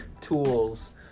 tools